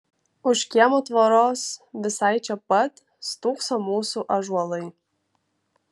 už kiemo tvoros visai čia pat stūkso mūsų ąžuolai